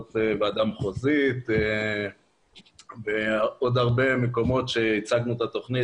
ועדה מחוזית ובעוד הרבה מקומות שם הצגנו את התכנית